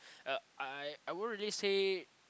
uh I I won't really say